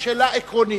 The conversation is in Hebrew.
זאת שאלה עקרונית,